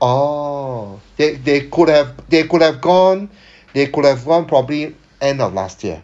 orh they they could have they could have gone they could have one probably end of last year